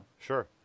Sure